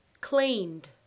cleaned